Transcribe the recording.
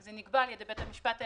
זה נקבע על ידי בית המשפט העליון,